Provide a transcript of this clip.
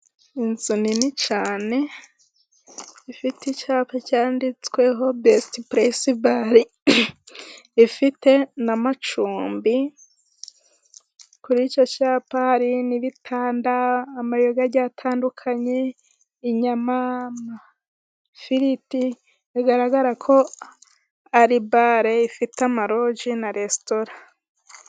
Inzu nini cyane, ifite icyapa cyanditsweho besiti puresi bare, ifite n'amacumbi, kuri icyo cyapa hariho n'ibitanda, amayoga agiye atandukanye, inyama, ifiriti, bigaragara ko ari bare ifite amaloji na resitora.